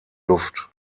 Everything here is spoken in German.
luft